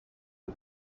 his